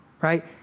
right